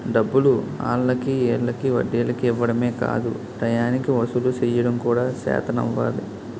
డబ్బులు ఆల్లకి ఈల్లకి వడ్డీలకి ఇవ్వడమే కాదు టయానికి వసూలు సెయ్యడం కూడా సేతనవ్వాలి